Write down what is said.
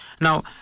Now